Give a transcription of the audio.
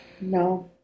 No